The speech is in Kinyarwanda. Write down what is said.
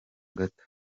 gato